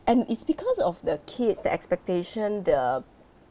and it's because of the kids the expectation the